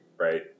right